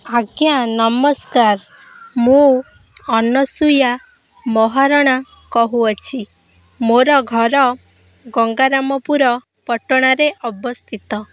ଆଜ୍ଞା ନମସ୍କାର ମୁଁ ଅନସୂୟା ମହାରଣା କହୁଅଛି ମୋର ଘର ଗଙ୍ଗାରାମପୁରପଟଣାରେ ଅବସ୍ଥିତ